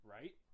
Right